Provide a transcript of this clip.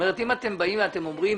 אם אתם באים ואומרים